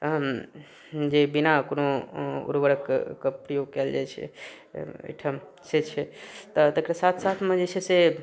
जे बिना कोनो उर्वरकके प्रयोग कएल जाइ छै एहिठाम से छै तऽ तकर साथ साथमे जे छै से